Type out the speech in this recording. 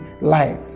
life